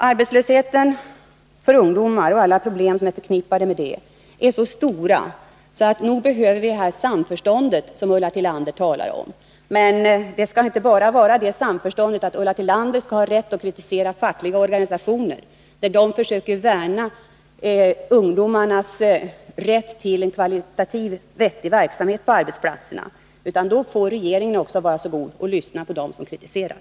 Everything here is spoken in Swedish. Arbetslösheten för ungdomar och alla problem som är förknippade med den är så stora att vi nog behöver det samförstånd som Ulla Tillander talar om. Men det skall inte bara vara sådant samförstånd att Ulla Tillander skall ha rätt att kritisera fackliga organisationer när de försöker värna om ungdomarnas rätt till en kvalitativt vettig verksamhet på arbetsplatserna, utan regeringen får också vara så god och lyssna på dem som kritiserar.